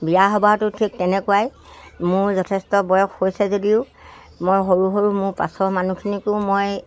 বিয়া সবাহটো ঠিক তেনেকুৱাই মোৰ যথেষ্ট বয়স হৈছে যদিও মই সৰু সৰু মোৰ পাছৰ মানুহখিনিকো মই